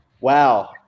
Wow